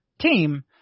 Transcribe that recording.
team